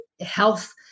health